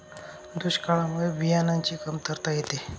दुष्काळामुळे बियाणांची कमतरता येते